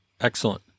Excellent